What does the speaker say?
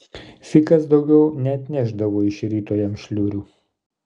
fikas daugiau neatnešdavo iš ryto jam šliurių